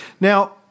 Now